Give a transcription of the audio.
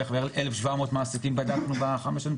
בדקנו בערך 1,700 מעסיקים בשש השנים,